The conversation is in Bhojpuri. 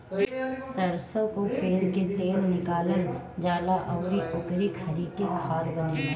सरसो कअ पेर के तेल निकालल जाला अउरी ओकरी खरी से खाद बनेला